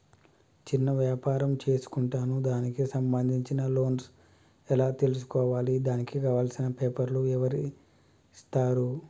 చిన్న వ్యాపారం చేసుకుంటాను దానికి సంబంధించిన లోన్స్ ఎలా తెలుసుకోవాలి దానికి కావాల్సిన పేపర్లు ఎవరిస్తారు?